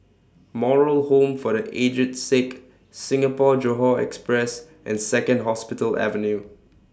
Moral Home For The Aged Sick Singapore Johore Express and Second Hospital Avenue